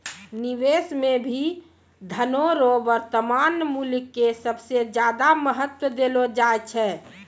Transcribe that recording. निवेश मे भी धनो रो वर्तमान मूल्य के सबसे ज्यादा महत्व देलो जाय छै